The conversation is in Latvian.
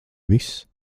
viss